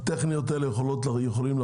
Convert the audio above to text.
הסיבות הטכניות האלה יכולות לחזור,